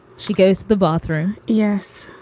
she goes to the bathroom. yes.